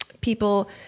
people